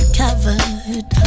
covered